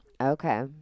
Okay